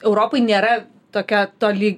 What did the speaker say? europai nėra tokia toli